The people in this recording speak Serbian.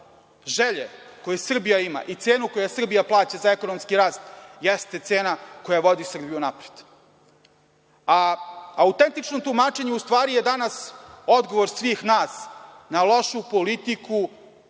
želje koje Srbija ima i cenu koju Srbija plaća za ekonomski rast jeste cena koja vodi Srbiju napred. Autentično tumačenje u stvari je danas odgovor svih nas na lošu politiku